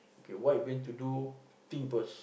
okay what you going to do think first